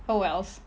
oh wells